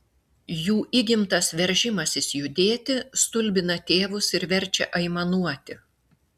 jų įgimtas veržimasis judėti stulbina tėvus ir verčia aimanuoti